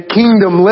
kingdom